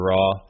Raw